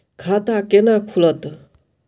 खाता केना खुलत?